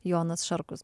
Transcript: jonas šarkus